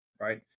right